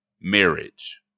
marriage